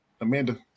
Amanda